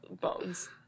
bones